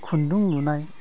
खुन्दुं लुनाय